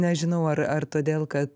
nežinau ar ar todėl kad